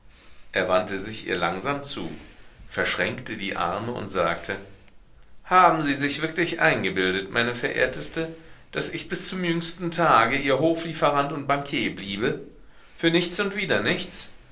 er wandte sich ihr langsam zu verschränkte die arme und sagte haben sie sich wirklich eingebildet meine verehrteste daß ich bis zum jüngsten tage ihr hoflieferant und bankier bliebe für nichts und wieder nichts